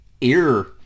ear